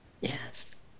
yes